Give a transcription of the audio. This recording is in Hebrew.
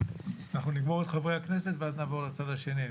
אנחנו נגמור את חברי הכנסת ואז נעבור לצד השני.